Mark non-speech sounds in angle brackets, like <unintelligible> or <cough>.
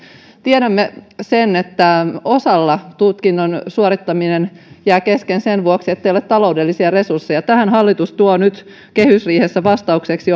tiedämme sen että osalla tutkinnon suorittaminen jää kesken sen vuoksi ettei ole taloudellisia resursseja tähän hallitus tuo nyt kehysriihessä vastaukseksi <unintelligible>